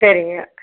சரி